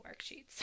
worksheets